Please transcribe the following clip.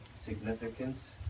significance